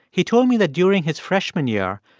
he told me that during his freshman year,